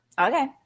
Okay